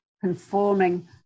conforming